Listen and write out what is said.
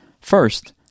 First